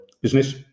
business